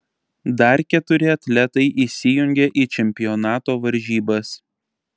dar keturi atletai įsijungia į čempionato varžybas